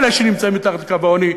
אלה שנמצאות מתחת לקו העוני,